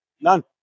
None